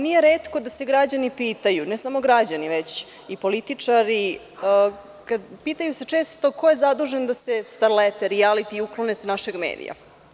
Nije retko da se građani pitaju, ne samo građani, već i političari, pitaju se često ko je zadužen da se starlete i rijaliti uklone sa naših medija.